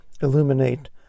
illuminate